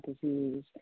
disease